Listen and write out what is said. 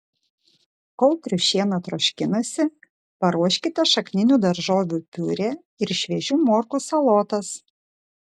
kol triušiena troškinasi paruoškite šakninių daržovių piurė ir šviežių morkų salotas